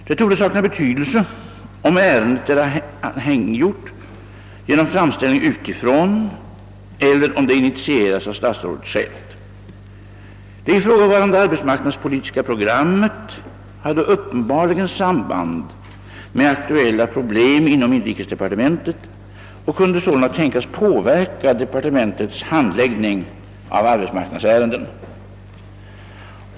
Det torde sakna betydelse om ärendet är anhängiggjort genom framställning utifrån eller om det initieras av statsrådet själv. Det ifrågavarande arbetsmarknadspolitiska programmet hade uppenbarligen samband med aktuella problem inom inrikesdepartementet och kunde sålunda tänkas påverka departementets handläggning av arbetsmarknadsärenden.